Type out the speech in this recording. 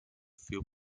für